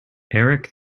erik